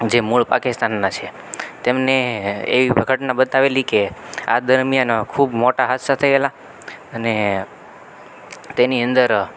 જે મૂળ પાકિસ્તાનના છે તેમને એ એવી ઘટના બતાવેલી કે આ દરમિયાન ખૂબ મોટા હાદસા થયેલા અને તેની અંદર